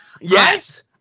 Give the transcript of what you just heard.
Yes